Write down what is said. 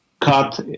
cut